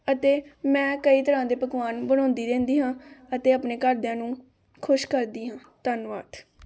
ਅਤੇ ਮੈਂ ਕਈ ਤਰ੍ਹਾਂ ਦੇ ਪਕਵਾਨ ਬਣਾਉਂਦੀ ਰਹਿੰਦੀ ਹਾਂ ਅਤੇ ਆਪਣੇ ਘਰਦਿਆਂ ਨੂੰ ਖੁਸ਼ ਕਰਦੀ ਹਾਂ ਧੰਨਵਾਦ